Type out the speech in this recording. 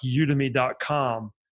udemy.com